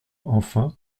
enfin